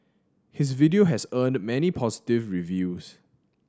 his video has earned many positive reviews